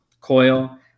coil